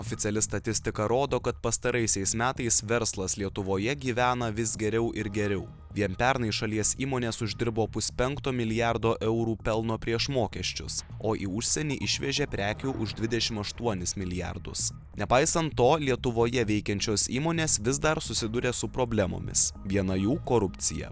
oficiali statistika rodo kad pastaraisiais metais verslas lietuvoje gyvena vis geriau ir geriau vien pernai šalies įmonės uždirbo puspenkto milijardo eurų pelno prieš mokesčius o į užsienį išvežė prekių už dvidešim aštuonis milijardus nepaisant to lietuvoje veikiančios įmonės vis dar susiduria su problemomis viena jų korupcija